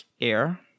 Air